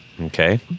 Okay